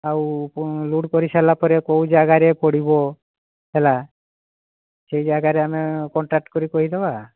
ଆଉ ଲୋଡ଼୍ କରି ସାରିଲା ପରେ କେଉଁ ଜାଗାରେ ପଡ଼ିବ ହେଲା ସେଇ ଜାଗାରେ ଆମେ କଣ୍ଟାକ୍ଟ୍ କରିକି କହିଦେବା